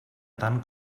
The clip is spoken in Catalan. tant